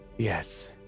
Yes